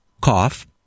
cough